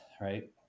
right